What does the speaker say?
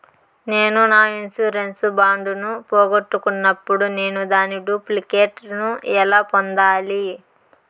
నేను నా insurance bond ను పోగొట్టుకున్నప్పుడు నేను దాని డూప్లికేట్ ను ఎలా పొందాలి?